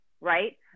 right